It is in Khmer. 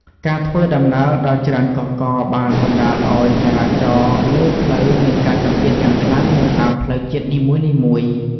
ការធ្វើដំណើរដ៏ច្រើនកុះករបានបណ្តាលឱ្យចរាចរណ៍លើផ្លូវមានការចង្អៀតយ៉ាងខ្លាំងនៅតាមផ្លូវជាតិនីមួយៗ។